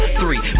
three